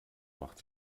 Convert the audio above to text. macht